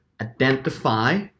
Identify